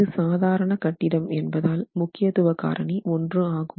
இது சாதாரண கட்டிடம் என்பதால் முக்கியத்துவ காரணி 1 ஆகும்